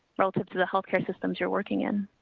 relative to the healthcare systems, you're working in.